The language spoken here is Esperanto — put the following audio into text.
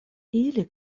ili